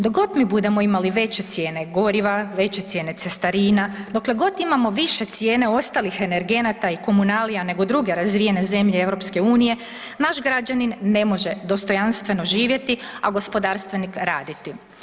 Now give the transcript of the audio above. Dok god mi budemo imali veće cijene goriva, veće cijene cestarina, dokle god imamo više cijene ostalih energenata i komunalija nego druge razvijene zemlje EU naš građanin ne može dostojanstveno živjeti, a gospodarstvenik raditi.